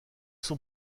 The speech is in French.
sont